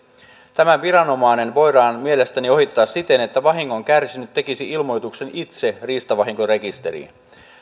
tämä viranomainen voidaan mielestäni ohittaa siten että vahingon kärsinyt tekisi ilmoituksen itse riistavahinkorekisteriin